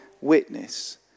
witness